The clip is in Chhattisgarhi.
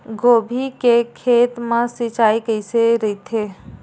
गोभी के खेत मा सिंचाई कइसे रहिथे?